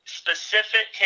specific